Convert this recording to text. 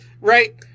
right